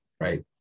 right